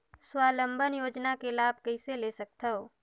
स्वावलंबन योजना के लाभ कइसे ले सकथव?